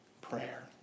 prayer